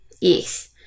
Yes